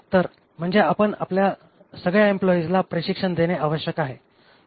तर म्हणजे आपण आपल्या सगळ्या एम्प्लॉईजला प्रशिक्षण देणे आवश्यक आहे